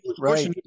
Right